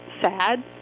sad